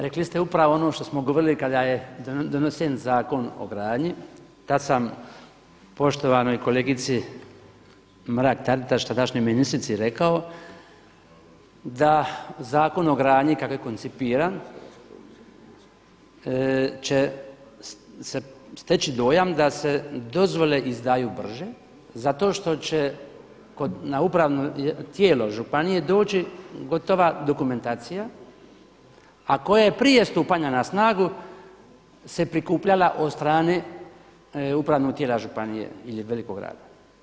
Rekli ste upravo ono što smo govorili kada je donesen Zakon o gradnji, tada sam poštovanoj kolegici Mrak Taritaš tadašnjoj ministrici rekao da Zakon o gradnji kako je koncipiran će steći dojam da se dozvole izdaju brže, zato što će na upravno tijelo županije doći gotova dokumentacija, a koja je prija stupanja na snagu se prikupljala od strane upravnog tijela županije ili veliko grada.